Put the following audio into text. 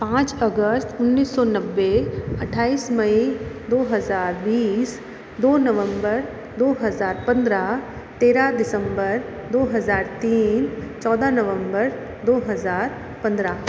पाँच अगस्त उन्नीस सौ नब्बे अट्ठाईस मई दो हजार बीस दो नवंबर दो हजार पन्द्रह तेरह दिसंबर दो हजार तीन चौदह नवंबर दो हजार पन्द्रह